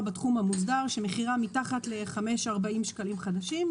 בתחום המוסדר שמחירם מתחת ל-5.40 שקלים חדשים,